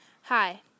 Hi